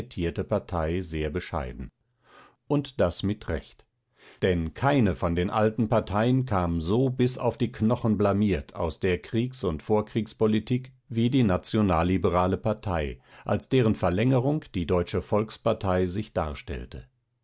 partei sehr bescheiden und das mit recht denn keine von den alten parteien kam so bis auf die knochen blamiert aus der kriegs und vorkriegspolitik wie die nationalliberale partei als deren verlängerung die deutsche volkspartei sich darstellte